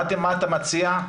מה אתה מציע?